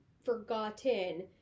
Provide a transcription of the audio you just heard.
forgotten